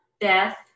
death